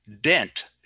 dent